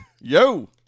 Yo